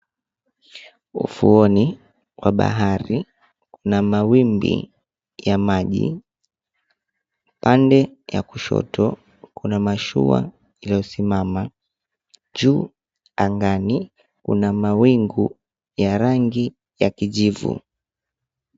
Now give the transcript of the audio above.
Ufuoni wa bahari kuna mawimbi ya maji. Pande ya kushoto kuna mashua iliyosimama. Juu angani kuna mawingu ya rangi ya kijivu.